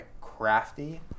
crafty